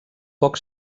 poc